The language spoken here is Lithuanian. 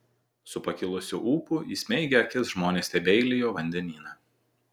su pakilusiu ūpu įsmeigę akis žmonės stebeilijo vandenyną